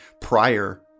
prior